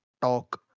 Talk